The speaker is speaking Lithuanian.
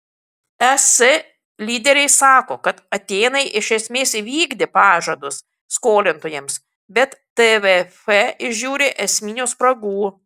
es lyderiai sako kad atėnai iš esmės įvykdė pažadus skolintojams bet tvf įžiūri esminių spragų